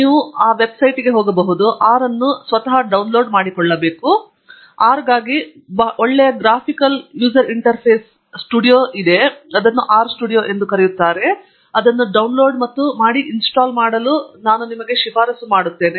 ನೀವು ವೆಬ್ಸೈಟ್ಗೆ ಹೋಗಬಹುದು ಆರ್ ಅನ್ನು ಡೌನ್ಲೋಡ್ ಮಾಡಿಕೊಳ್ಳಬಹುದು ಮತ್ತು R ಗಾಗಿ ಬಹಳ ಒಳ್ಳೆಯ ಗ್ರಾಫಿಕಲ್ ಬಳಕೆದಾರ ಇಂಟರ್ಫೇಸ್ GUI R ಸ್ಟುಡಿಯೋ ಎಂದು ಕರೆಯಲ್ಪಡುತ್ತದೆ ಮತ್ತು ಅದನ್ನು ಡೌನ್ಲೋಡ್ ಮಾಡಿ ಮತ್ತು ಇನ್ಸ್ಟಾಲ್ ಮಾಡಲು ನಾನು ಬಲವಾಗಿ ಶಿಫಾರಸು ಮಾಡುತ್ತೇವೆ